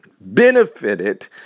benefited